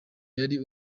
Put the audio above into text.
yari